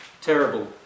terrible